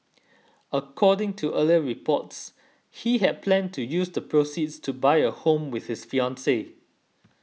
according to earlier reports he had planned to use the proceeds to buy a home with his fiancee